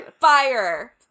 Fire